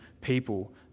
people